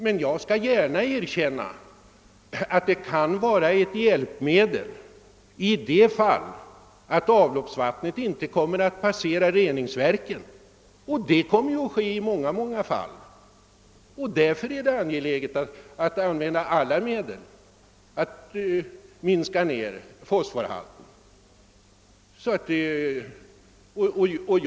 Men jag skall gärna erkänna att detta kan vara ett hjälpmedel i de många fall då avloppsvattnet inte kommer att passera reningsverk. Därför är det angeläget att använda alla medel för att minska fosforhalten.